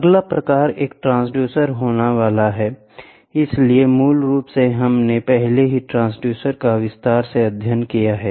अगला प्रकार एक ट्रांसड्यूसर होने वाला है इसलिए मूल रूप से हमने पहले ही ट्रांसड्यूसर का विस्तार से अध्ययन किया है